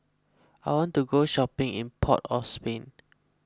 I want to go shopping in Port of Spain